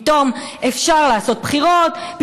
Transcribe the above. פתאום אפשר לעשות בחירות,